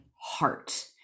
heart